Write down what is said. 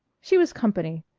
she was company,